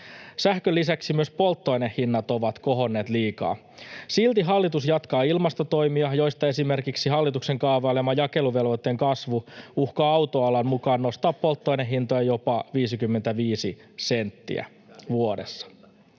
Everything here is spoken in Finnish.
Sähkön lisäksi myös polttoainehinnat ovat kohonneet liikaa. Silti hallitus jatkaa ilmastotoimia, joista esimerkiksi hallituksen kaavailema jakeluvelvoitteen kasvu uhkaa autoalan mukaan nostaa polttoainehintoja jopa 55 senttiä vuodessa.